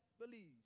believe